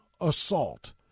assault